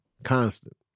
Constant